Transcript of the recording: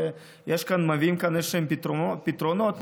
ומביאים כאן איזשהם פתרונות,